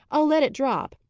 i'll let it drop.